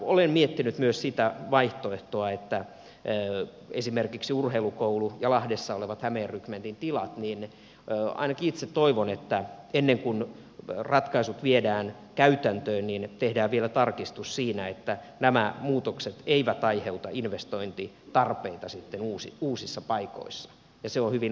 olen miettinyt myös sitä vaihtoehtoa että mitä tulee esimerkiksi urheilukouluun ja lahdessa oleviin hämeen rykmentin tiloihin niin ainakin itse toivon että ennen kuin ratkaisut viedään käytäntöön tehdään vielä tarkistus siinä että nämä muutokset eivät aiheuta investointitarpeita sitten uusissa paikoissa ja se on hyvin oleellista